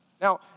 Now